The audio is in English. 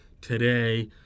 today